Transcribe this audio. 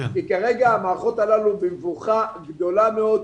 כרגע המערכות הללו במבוכה גדולה מאוד.